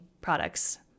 products